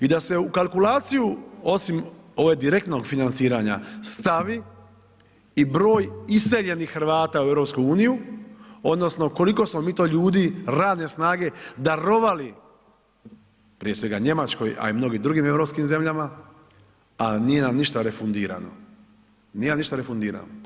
I da se u kalkulaciju osim ovog direktnog financiranja stavi i broj iseljenih Hrvata u EU odnosno koliko smo mi to ljudi, radne snage darovali prije svega Njemačkoj, a i mnogim drugim europskim zemljama, a nije nam ništa refundirano, nije nam ništa refundirano.